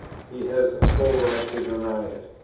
he has a full right to deny it?